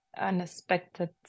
unexpected